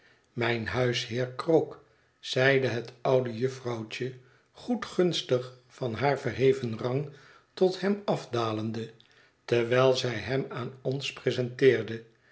mijn huisheer krook zeide het oude jufvrouwtje goedgunstig van haar verheven rang tot hem afdalende terwijl zij hem aan ons presenteerde